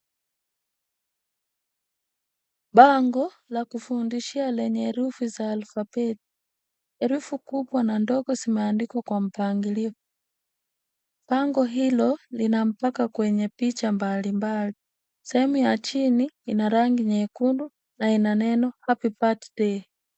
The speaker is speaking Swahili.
Bango la kufundishia lenye herufi za alfabeti. Herufi kubwa na ndogo zimeandikwa kwa mpangilio. Bango hilo lina mpaka kwenye picha mbalimbali. Sehemu ya chini ina rangi nyekundu na ina neno happy birthday .